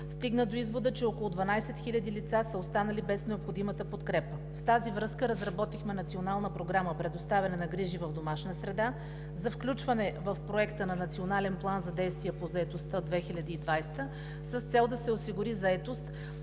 стигна до извода, че около 12 хиляди лица са останали без необходимата подкрепа. В тази връзка разработихме Национална програма „Предоставяне на грижи в домашна среда“ за включване в проекта на Национален план за действие по заетостта 2020 г. с цел да се осигури заетост